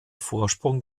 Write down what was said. vorsprung